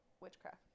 witchcraft